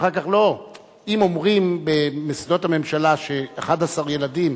אם אומרים במוסדות הממשלה ש-11 ילדים,